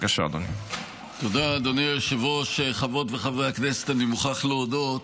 (ממשל תאגידי בחברות ציבוריות שאין בהן בעל שליטה),